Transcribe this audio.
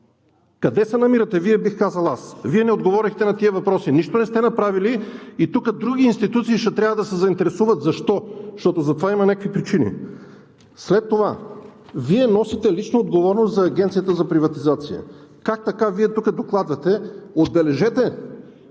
Къде се намирате Вие, бих казал аз?! Вие не отговорихте на тези въпроси! Нищо не сте направили и тук други институции ще трябва да се заинтересуват защо, защото за това има някакви причини. Вие носите лично отговорност за Агенцията за приватизация. Как така Вие тук докладвате – отбележете,